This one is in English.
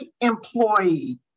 employee